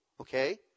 Okay